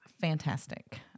fantastic